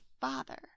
Father